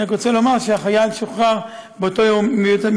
אני רק רוצה לומר שהחייל שוחרר באותו יום מבית-החולים,